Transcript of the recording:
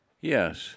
Yes